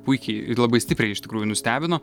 puikiai ir labai stipriai iš tikrųjų nustebino